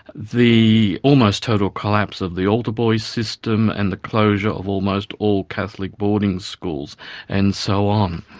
the almost total collapse of the altar boy system. and the closure of almost all catholic boarding schools and so on.